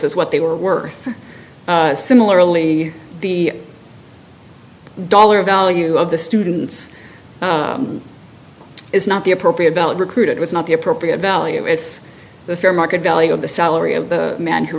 is what they were worth similarly the dollar value of the students is not the appropriate valid recruit it was not the appropriate value it's the fair market value of the salary of the man who